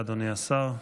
אדוני השר,